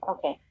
Okay